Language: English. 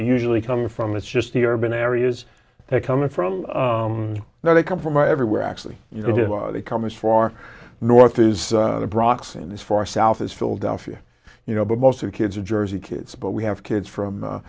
usually come from it's just the urban areas they come in from there they come from are everywhere actually you know they come as far north as the bronx in this far south as philadelphia you know but most of the kids of jersey kids but we have kids from